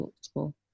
school